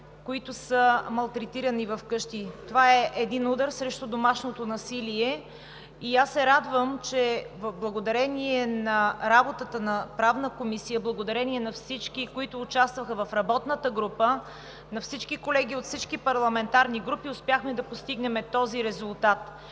които са малтретирани вкъщи! Това е един удар срещу домашното насилие и аз се радвам, че благодарение на работата на Правната комисия, благодарение на всички, които участваха в работната група, на всички колеги от всички парламентарни групи, успяхме да постигнем този резултат.